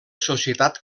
societat